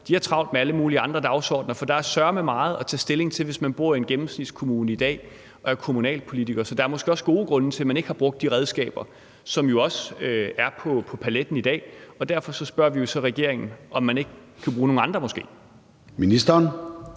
har travlt med alle mulige andre dagsordener. For der er søreme meget at tage stilling til, hvis man bor i en gennemsnitskommune i dag og man er kommunalpolitiker. Så der er måske også gode grunde til, at man ikke har brugt de redskaber, som også er på paletten i dag, og derfor spørger vi jo så regeringen, om man måske ikke kan bruge nogle andre.